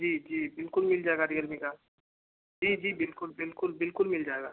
जी जी बिल्कुल मिल जाएगा रियलमी का जी जी बिल्कुल बिल्कुल बिल्कुल मिल जाएगा